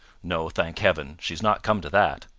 no, thank heaven! she's not come to that.